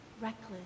reckless